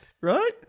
Right